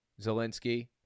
Zelensky